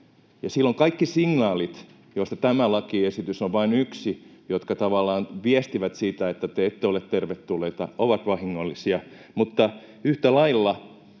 sellaiset signaalit, joista tämä lakiesitys on vain yksi, jotka tavallaan viestivät siitä, että te ette ole tervetulleita, ovat vahingollisia. Mutta yhtä lailla